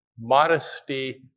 modesty